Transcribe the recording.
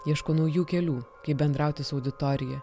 ieško naujų kelių kaip bendrauti su auditorija